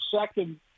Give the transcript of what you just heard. second